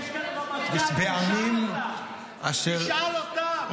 יש כאן אלוף, יש כאן רמטכ"ל, תשאל אותם.